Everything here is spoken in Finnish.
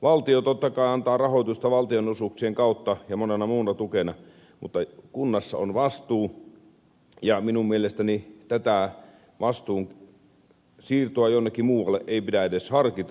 valtio totta kai antaa rahoitusta valtionosuuksien kautta ja monena muuna tukena mutta kunnassa on vastuu ja minun mielestäni tätä vastuun siirtoa jonnekin muualle ei pidä edes harkita